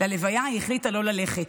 להלוויה היא החליטה לא ללכת.